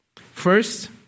First